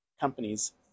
companies